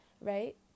right